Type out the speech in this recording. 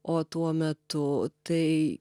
o tuo metu tai